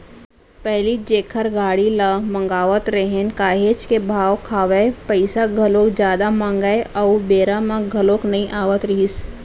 पहिली जेखर गाड़ी ल मगावत रहेन काहेच के भाव खावय, पइसा घलोक जादा मांगय अउ बेरा म घलोक नइ आवत रहिस